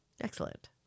Excellent